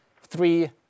three